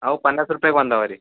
ಅವ ಪನ್ ಹತ್ತು ರೂಪಾಯ್ಗ ಒಂದು ಅವ ರೀ